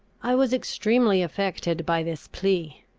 i was extremely affected by this plea.